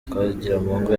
twagiramungu